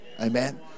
Amen